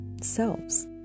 selves